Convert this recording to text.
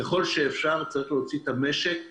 ככל שאפשר, צריך להוציא את המשק לעבודה.